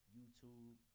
YouTube